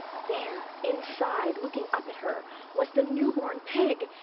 there, inside, looking up at her was the newborn pig.